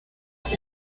rich